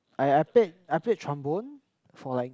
I I played I played trombone for like